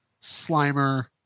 Slimer